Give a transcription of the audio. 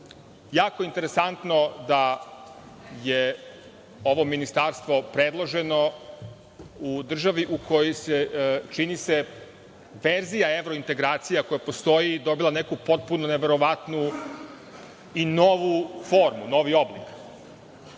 Jako je interesantno da je ovo ministarstvo predloženo u državi u kojoj je, čini se, verzija evrointegracija koja postoji dobila neku potpuno neverovatnu i novu formu, novi oblik. Da